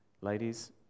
ladies